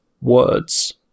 words